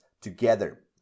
together